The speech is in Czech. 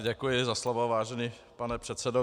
Děkuji za slovo, vážený pane předsedo.